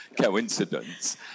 coincidence